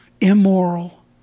immoral